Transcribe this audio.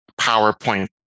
PowerPoint